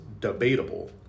debatable